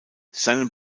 seinen